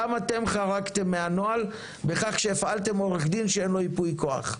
גם אתם חרגתם הנוהל בכך שהפעלתם עו"ד שאין לו ייפוי כוח,